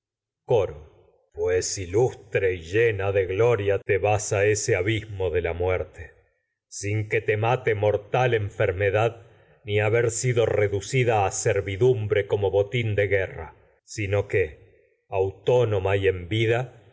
pues ilustre y llena te de gloria te vas a ese de la muerte sido sin que a mate mortal enfermebotín haber reducida servidumbre como de guerra a sino que autónoma y en vida